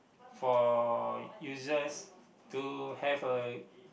for users to have a